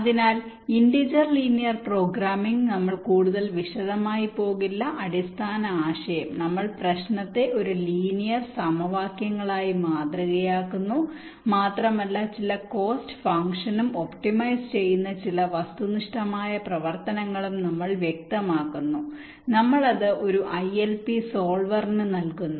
അതിനാൽ integer linear programming നമ്മൾ കൂടുതൽ വിശദമായി പോകില്ല അടിസ്ഥാന ആശയം നമ്മൾ പ്രശ്നത്തെ ഒരു ലീനിയർ സമവാക്യങ്ങളായി മാതൃകയാക്കുന്നു മാത്രമല്ല ചില കോസ്ററ് ഫങ്ക്ഷനും ഒപ്റ്റിമൈസ് ചെയ്യുന്ന ചില വസ്തുനിഷ്ഠമായ പ്രവർത്തനങ്ങളും നമ്മൾ വ്യക്തമാക്കുന്നു നമ്മൾ അത് ഒരു ഐഎൽപി സോൾവറിന് നൽകുന്നു